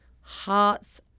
hearts